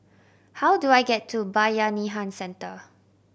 how do I get to Bayanihan Centre